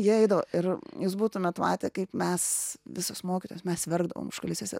jie eidavo ir jūs būtumėt matę kaip mes visos mokytojos mes verkdavom užkulisiuose